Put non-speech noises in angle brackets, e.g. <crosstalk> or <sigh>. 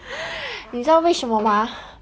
<breath> 你知道为什么吗